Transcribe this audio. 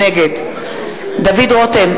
נגד דוד רותם,